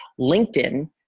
LinkedIn